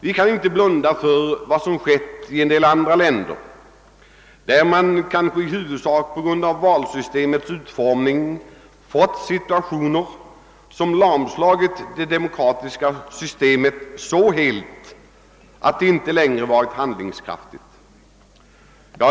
Vi kan inte blunda för vad som skett i en del andra länder, där man kanske i huvudsak på grund av valsystemets utformning råkat in i situationer som lamslagit det politiska systemet så helt, att det inte längre varit handlingskraftigt.